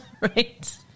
Right